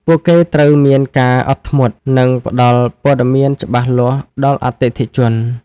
ពួកគេត្រូវមានការអត់ធ្មត់ និងផ្តល់ព័ត៌មានច្បាស់លាស់ដល់អតិថិជន។